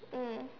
mm